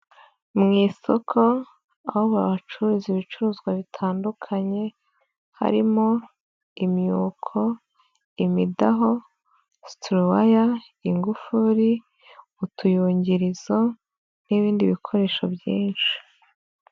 Mu isoko aho bacururaza ibicuruzwa bitandukanye, harimo imyuko, imidaho, situruwaya, ingufuri, utuyugirizo n'ibindi bikoresho byinshi.